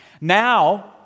Now